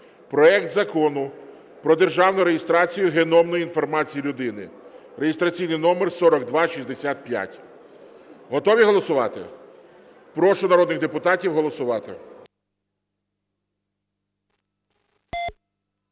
проект Закону про державну реєстрацію геномної інформації людини (реєстраційний номер 4265). Готові голосувати? Прошу народних депутатів голосувати.